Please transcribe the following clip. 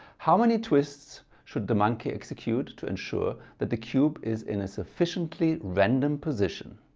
how many twists should the monkey execute to ensure that the cube is in a sufficiently random position.